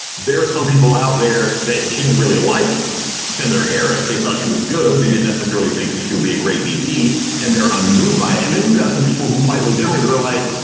there are some people out there that didn't really like senator harris. they thought she was good. they didn't necessarily think she would be a great vp and they're unmoved by it. and then you got some people who quite legitimately were like,